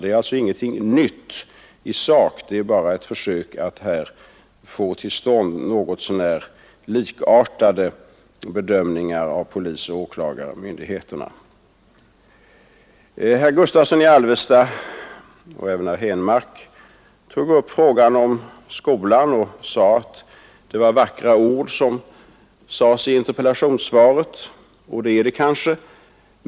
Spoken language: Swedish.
Det är alltså inget nytt i sak utan bara ett försök att få till stånd något så när likartade bedömningar av polisen och åklagarmyndigheterna. Herr Gustavsson i Alvesta och herr Henmark tog sedan upp frågan om skolan och sade att det var vackra ord som sades i interpellationssvaret. Det var det kanske.